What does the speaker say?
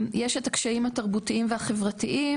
יש את הקשיים התרבותיים והחברתיים,